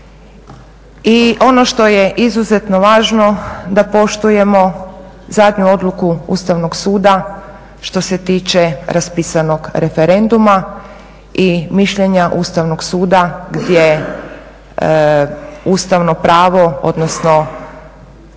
i ono što je izuzetno važno da poštujemo zadnju odluku Ustavnog suda što se tiče raspisanog referenduma i mišljenja Ustavnog suda gdje ustavno pravo, odnosno